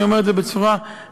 ואני אומר את זה בצורה חד-משמעית: